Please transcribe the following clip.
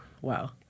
Wow